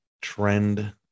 trend